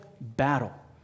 battle